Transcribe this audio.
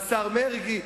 והשר מרגי,